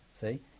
See